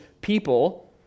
people